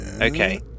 Okay